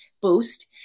boost